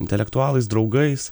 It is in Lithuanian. intelektualais draugais